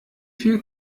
viel